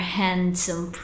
handsome